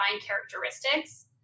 characteristics